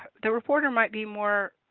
the reporter might be more